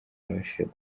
nabashije